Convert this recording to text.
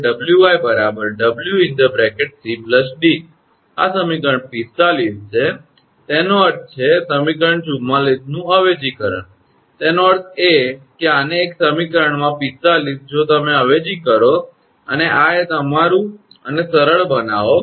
તેથી 𝑇𝑚𝑎𝑥 𝑊𝑦 𝑊𝑐 𝑑 આ સમીકરણ 45 છે તેનો અર્થ છે સમીકરણ 44નું અવેજીકરણ તેનો અર્થ એ કે આને એક સમીકરણમાં 45 જો તમે અવેજી કરો અને આ એ તમારું અને સરળ બનાવો